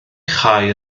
chau